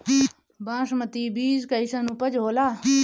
बासमती बीज कईसन उपज होला?